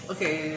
Okay